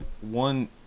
one